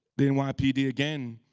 the nypd, again,